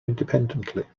independently